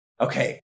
okay